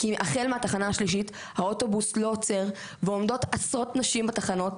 היחידה הזאת עובדת בשיתוף עם מוסדות התכנון בישראל,